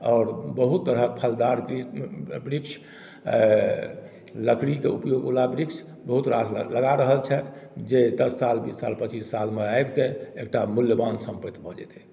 आओर बहुत तरहक फलदार वृक्ष वृक्ष लकड़ीके उपयोगवला वृक्ष बहुत रास लगा रहल छथि जे दस साल बीस साल पच्चीस सालमे आबिके एकटा मूल्यवान सम्पति भऽ जेतय